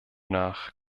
nach